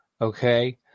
okay